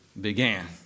began